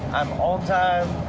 i'm on time.